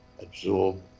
absorb